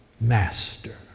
master